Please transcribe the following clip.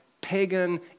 pagan